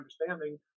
understanding